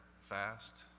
fast